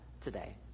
today